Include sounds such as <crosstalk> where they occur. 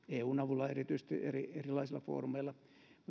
<unintelligible> eun avulla erilaisilla foorumeilla